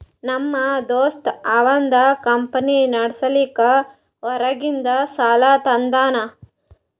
ನಮ್ ದೋಸ್ತ ಅವಂದ್ ಕಂಪನಿ ನಡುಸ್ಲಾಕ್ ಹೊರಗಿಂದ್ ಸಾಲಾ ತಂದಾನ್